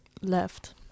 left